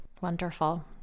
Wonderful